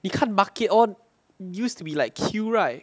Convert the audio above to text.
你看 market all used to be like queue right